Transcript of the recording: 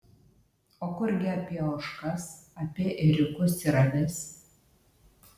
o kurgi apie ožkas apie ėriukus ir avis